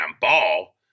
ball